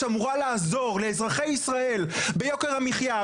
שאמורה לעזור לאזרחי ישראל ביוקר המחייה,